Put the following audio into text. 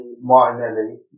Martinelli